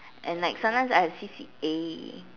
and like sometimes I have C_C_A